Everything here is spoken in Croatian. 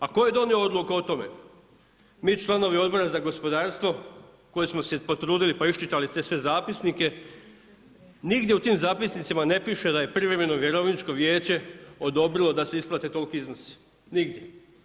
A tko je donio odluku o tome? mi članovi Odbora za gospodarstvo, koji smo se potrudili pa iščitali sve te zapisnike, nigdje u tim zapisnicima ne piše da je privremeno vjerovničko vijeće odobrilo da se isplate toliki iznosi, nigdje.